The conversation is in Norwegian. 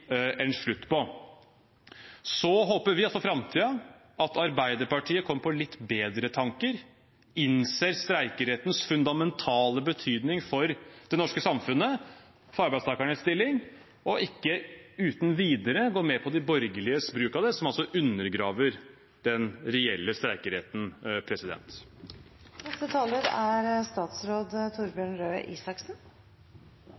slutt på. Så håper vi for framtiden at Arbeiderpartiet kommer på litt bedre tanker, innser streikerettens fundamentale betydning for det norske samfunnet – for arbeidstakernes stilling – og ikke uten videre går med på de borgerliges bruk, som altså undergraver den reelle streikeretten. Det er partene som har ansvaret for lønnsoppgjøret. Det er